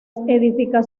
fue